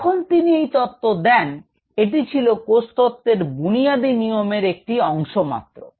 যখন তিনি এই তত্ত্ব দেন এটি ছিল কোষতত্বের বুনিয়াদি নিয়মের একটি অংশ মাত্র